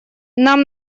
нам